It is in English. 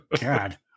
God